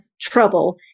trouble